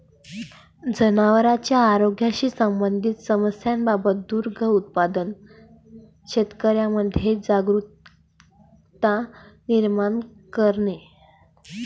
जनावरांच्या आरोग्याशी संबंधित समस्यांबाबत दुग्ध उत्पादक शेतकऱ्यांमध्ये जागरुकता निर्माण करणे